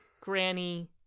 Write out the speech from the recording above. Granny